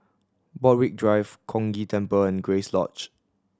Borthwick Drive Chong Ghee Temple and Grace Lodge